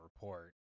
report